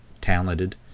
talented